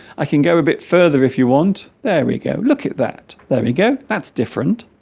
i can go a bit further if you want there we go look at that there we go that's different